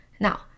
Now